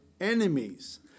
enemies